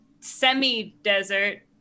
semi-desert